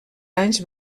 anys